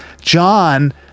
John